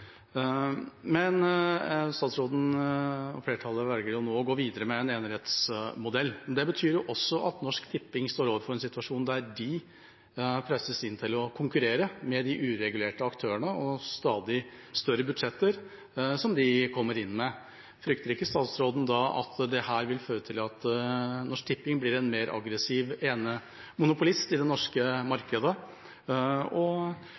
betyr også at Norsk Tipping står overfor en situasjon der de presses til å konkurrere med de uregulerte aktørene og de stadig større budsjettene som de kommer inn med. Frykter ikke statsråden da at dette vil føre til at Norsk Tipping blir en mer aggressiv enemonopolist i det norske markedet, og